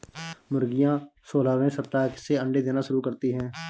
मुर्गियां सोलहवें सप्ताह से अंडे देना शुरू करती है